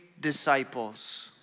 disciples